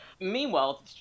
Meanwhile